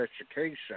education